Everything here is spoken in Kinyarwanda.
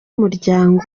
umuryango